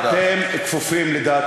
לא, אתם יכולים להקשיב.